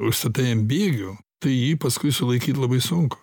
užstatai ant bėgių tai jį paskui sulaikyt labai sunku